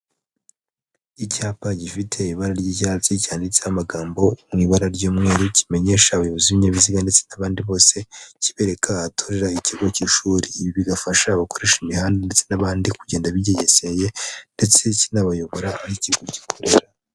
Icyapa gifite ibara ry'icyatsi cyanditse amagambo mu ibara ry'umweru kimenyesha abayobozi b'ibyabiziga ndetse n'abandi bose kibereka ahatorera ikigo cy'ishuri bigafasha abakoresha imihanda ndetse n'abandi kugenda bigengeseye ndetse kinabayobora aho ikigo gikorera.